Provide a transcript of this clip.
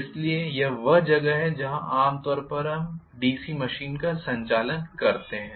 इसलिए यह वह जगह है जहां आम तौर पर हम डीसी मशीन का संचालन करते हैं